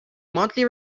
monthly